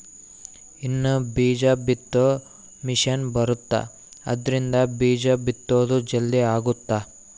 ಇನ್ನ ಬೀಜ ಬಿತ್ತೊ ಮಿಸೆನ್ ಬರುತ್ತ ಆದ್ರಿಂದ ಬೀಜ ಬಿತ್ತೊದು ಜಲ್ದೀ ಅಗುತ್ತ